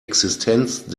existenz